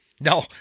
No